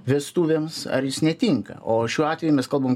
vestuvėms ar jis netinka o šiuo atveju mes kalbam